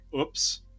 oops